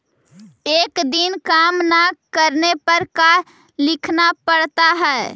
एक दिन काम न करने पर का लिखना पड़ता है?